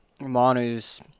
Manu's